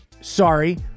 sorry